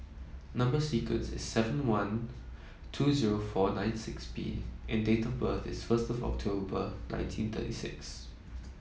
number sequence is seven one two zero four nine six B and date of birth is first October nineteen thirty six